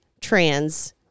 trans